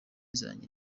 zanjye